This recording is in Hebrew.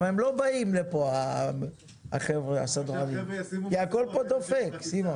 הם לא באים לכאן הסדרנים כי הכול כאן בסדר.